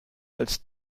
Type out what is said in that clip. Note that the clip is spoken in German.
als